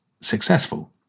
successful